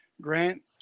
Grant